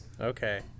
Okay